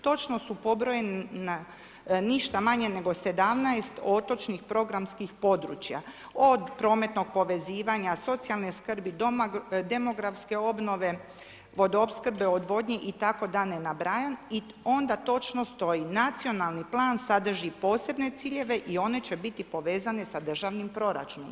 Točno su pobrojana ništa manje nego 17 otočnih programskih područja, od prometnog povezivanja, socijalne skrbi, demografske obnove, vodoopskrbe, odvodnje i tako da ne nabrajam, i onda točno stoji, nacionalni plan sadri posebne ciljeve i one će biti povezane sa državnim proračunom.